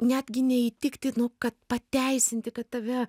netgi neįtikti nu kad pateisinti kad tave